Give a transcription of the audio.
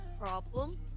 problem